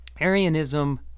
Arianism